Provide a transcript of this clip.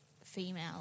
female